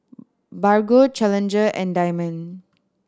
Bargo Challenger and Diamond